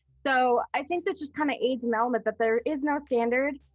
so, i think this just kind of aids an element that there is no standard.